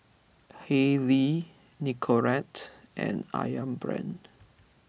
Haylee Nicorette and Ayam Brand